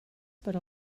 per